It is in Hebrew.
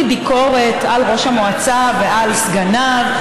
מביקורת על ראש המועצה ועל סגניו,